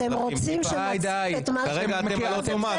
כרגע אתם על אוטומט.